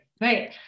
Right